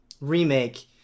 Remake